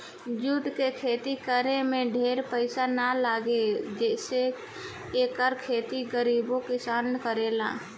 jute के खेती करे में ढेर पईसा ना लागे से एकर खेती गरीबो किसान करेला